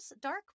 Dark